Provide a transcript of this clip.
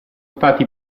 stati